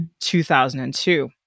2002